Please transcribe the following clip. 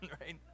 Right